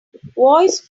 voice